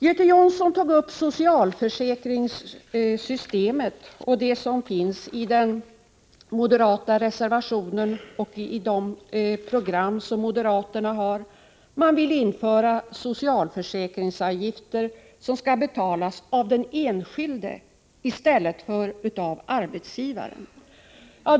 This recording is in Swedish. Göte Jonsson tog upp socialförsäkringssystemet och pekade på förslagen i den moderata reservationen och i de program som moderaterna har. De vill införa socialförsäkringsavgifter som skall betalas av den enskilde i stället för av arbetsgivaren.